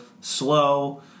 slow